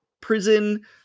prison